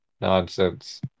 nonsense